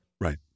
Right